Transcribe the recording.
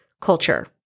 culture